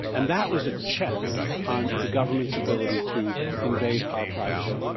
and that was a check on the government's ability to invade our privacy.